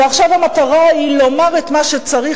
ועכשיו המטרה היא לומר את מה שצריך,